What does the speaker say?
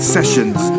Sessions